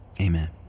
Amen